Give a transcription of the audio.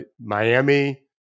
Miami